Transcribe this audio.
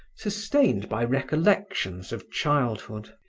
sustained by recollections of childhood.